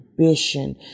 ambition